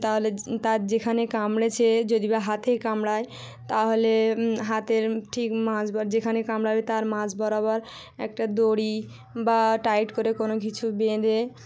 তাহলে তার যেখানে কামড়েছে যদি বা হাতে কামড়ায় তাহলে হাতের ঠিক মাঝ বার যেখানে কামড়াবে তার মাঝ বরাবর একটা দড়ি বা টাইট করে কোনো কিছু বেঁধে